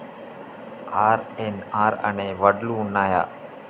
RNR అనే వడ్లు ఉన్నయా?